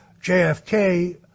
JFK